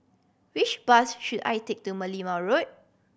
which bus should I take to Merlimau Road